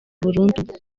burundu